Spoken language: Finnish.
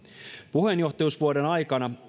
puheenjohtajuusvuoden aikana